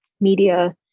media